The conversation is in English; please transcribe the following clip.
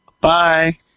Bye